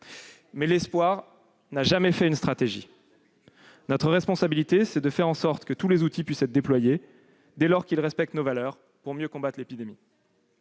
Mais l'espoir n'a jamais fait une stratégie. Notre responsabilité, c'est de faire en sorte que tous les outils soient déployés, dès lors qu'ils respectent nos valeurs, pour mieux combattre l'épidémie.